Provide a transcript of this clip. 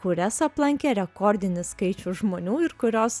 kurias aplankė rekordinis skaičius žmonių ir kurios